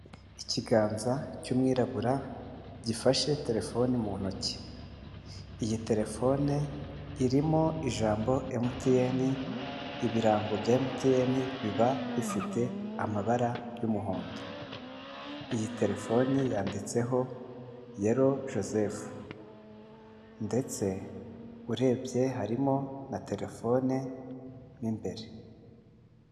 Ikiganza cy'umwirabura gifashe telefoni mu ntoki, iyi telefone irimo ijambo MTN, ibirango bya MTN biba bifite amabara y'umuhondo, iyi telefoni yanditseho yelo Joseph ndetse urebye harimo na telefone mo imbere.